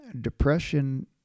depression